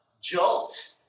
Jolt